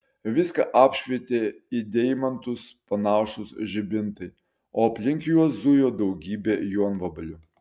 viską apšvietė į deimantus panašūs žibintai o aplink juos zujo daugybė jonvabalių